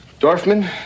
Dorfman